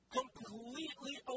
completely